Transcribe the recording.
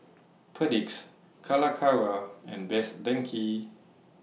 Perdix Calacara and Best Denki